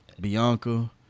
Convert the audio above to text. Bianca